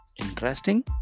Interesting